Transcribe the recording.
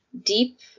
deep